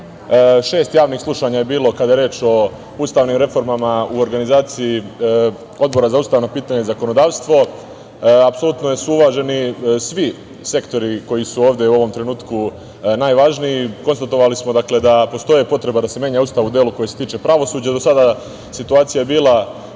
javnih slušanja je bilo, kada je reč o ustavnim reformama, u organizaciji Odbora za ustavna pitanja i zakonodavstvo. Apsolutno su uvaženi svi sektori koji su ovde u ovom trenutku najvažniji. Konstatovali smo, dakle, da postoji potreba da se menja Ustav u delu koji se tiče pravosuđa. Do sada je situacija bila